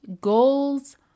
goals